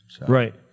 Right